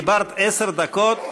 דיברת עשר דקות,